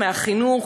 מהחינוך,